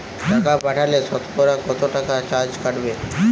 টাকা পাঠালে সতকরা কত টাকা চার্জ কাটবে?